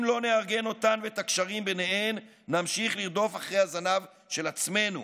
אם לא נארגן אותן ואת הקשרים ביניהן נמשיך לרדוף אחרי הזנב של עצמנו,